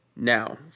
Now